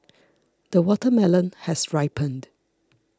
the watermelon has ripened